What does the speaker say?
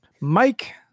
Mike